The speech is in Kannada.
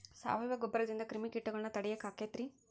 ಸಾವಯವ ಗೊಬ್ಬರದಿಂದ ಕ್ರಿಮಿಕೇಟಗೊಳ್ನ ತಡಿಯಾಕ ಆಕ್ಕೆತಿ ರೇ?